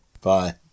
Bye